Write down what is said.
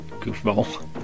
goofball